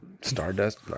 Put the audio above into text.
stardust